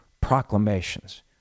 proclamations